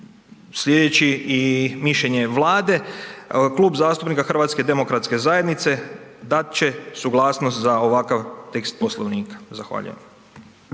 slijedeći i mišljenje Vlade, Klub zastupnika HDZ-a dat će suglasnost za ovakav tekst Poslovnika. Zahvaljujem.